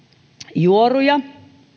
juoruja